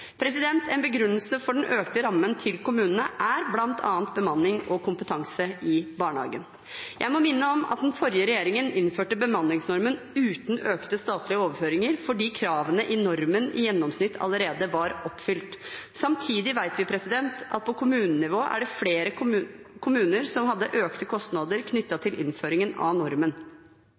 En begrunnelse for den økte rammen til kommunene er bl.a. bemanning og kompetanse i barnehagene. Jeg må minne om at den forrige regjeringen innførte bemanningsnormen uten økte statlige overføringer fordi kravene i normen i gjennomsnitt allerede var oppfylt. Samtidig vet vi at på kommunenivå er det flere kommuner som hadde økte kostnader knyttet til innføringen av normen.